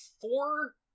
four